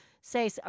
say